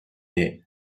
you